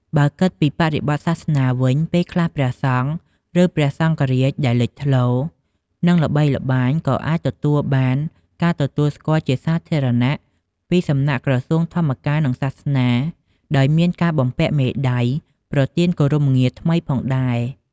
បើគិតពីបរិបទសាសនាវិញ ពេលខ្លះព្រះសង្ឃ ឬ ព្រះសង្ឃរាជដែលលេចធ្លោ និងល្បីល្បាញក៏អាចទទួលបានការទទួលស្គាល់ជាសាធារណៈពីសំណាក់ក្រសួងធម្មការនិងសាសនា ដោយមានការបំពាក់មេដាយ ប្រទានគោរពងារថ្មីផងដែរ។